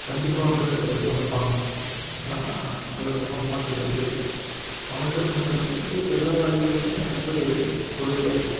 கண்டிப்பாக வந்து சமைப்பாங்க ச அதில் ஒன்றும் மாற்று கருத்து இல்லை சமைக்கிறது மட்டுல்ல பெண்களுக்கு எல்லாம் வேலைகளுமே வந்து உதவியாக இருப்போம்